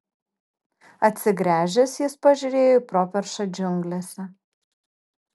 atsigręžęs jis pažiūrėjo į properšą džiunglėse